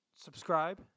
subscribe